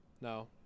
No